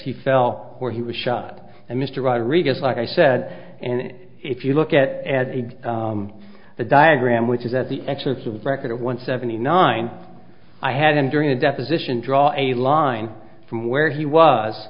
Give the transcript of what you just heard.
he fell or he was shot and mr rodriguez like i said and if you look at the diagram which is at the excerpts of record one seventy nine i had him during the deposition draw a line from where he was